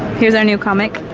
heres our new comic,